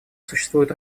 существуют